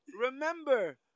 Remember